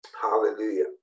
hallelujah